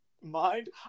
mind